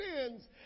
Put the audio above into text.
sins